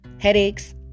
headaches